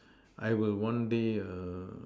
I will one day err